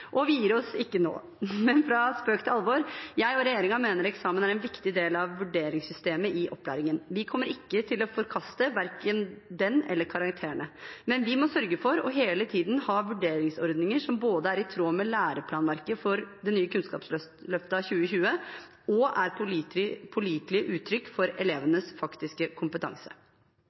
Vi gir oss ikke nå. Men fra spøk til alvor – jeg og regjeringen mener eksamen er en viktig del av vurderingssystemet i opplæringen. Vi kommer ikke til å forkaste verken den eller karakterene. Men vi må sørge for hele tiden å ha vurderingsordninger som både er i tråd med læreplanverket for det nye Kunnskapsløftet 2020, og som er pålitelige uttrykk for elevenes faktiske kompetanse.